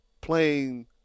playing